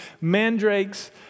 mandrakes